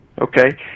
Okay